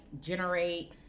generate